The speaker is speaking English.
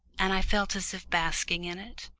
and i felt as if basking in it.